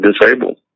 disabled